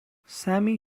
sammy